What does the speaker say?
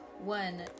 one